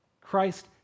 Christ